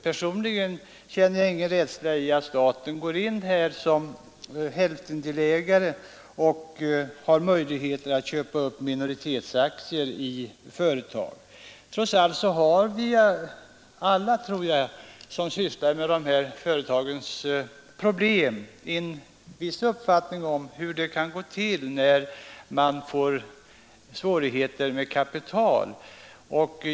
Personligen känner jag ingen rädsla för att staten går in här som hälftendelägare och har möjlighet att köpa upp minoritetsposter av aktier i företag. Trots allt har vi alla, tror jag, som sysslar med dessa företags problem en viss uppfattning om hur det kan gå till när man får svårigheter med kapital.